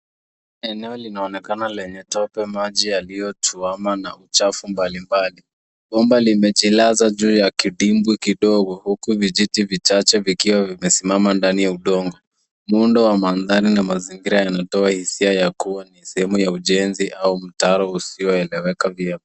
Eneo linaonekana lenye tope maji yaliyo tuama na uchafu mbali mbali. Bomba limejilaza juu ya kidimbwi kidogo huku viti vichache vikiwa vime simama ndani ya udongo. Muundo wa mandhari na mazingira yanatoa hisia yakuwa ni sehemu ya ujenzi au ni mtaro usio eleweka vyema.